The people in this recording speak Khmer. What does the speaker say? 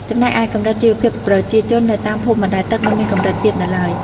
ចំណែកឯ កម្រិតជីវភាពប្រជាជននៅតាមភូមិបណ្ដែតទឹក នៅមានកម្រិតទាបនៅឡើយ។